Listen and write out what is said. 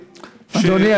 אדוני,